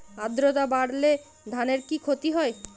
আদ্রর্তা বাড়লে ধানের কি ক্ষতি হয়?